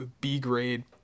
B-grade